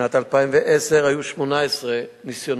בשנת 2010 היו 18 ניסיונות,